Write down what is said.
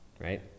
Right